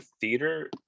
theater